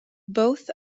both